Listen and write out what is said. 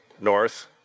north